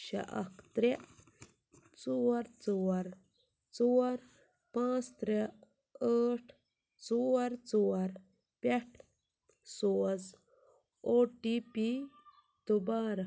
شےٚ اکھ ترٛےٚ ژور ژور ژور پانٛژھ ترٛےٚ ٲٹھ ژور ژور پٮ۪ٹھ سوز او ٹی پی دُبارٕ